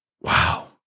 Wow